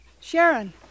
Sharon